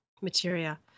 materia